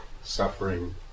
suffering